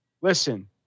listen